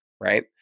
Right